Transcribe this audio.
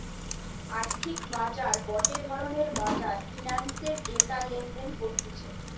আর্থিক বাজার গটে ধরণের বাজার ফিন্যান্সের ডেটা লেনদেন করতিছে